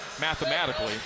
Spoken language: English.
mathematically